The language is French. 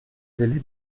délai